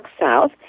South